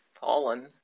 fallen